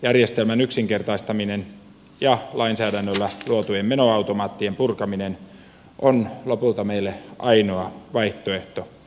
järjestämän yksinkertaistaminen ja lainsäädännöllä luotujen menoautomaattien purkaminen on lopulta meille ainoa vaihtoehto